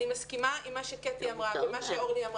אני מסכימה עם מה שקטי אמרה ועם מה שאמרה אורלי.